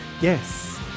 Yes